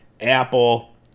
Apple